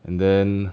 and then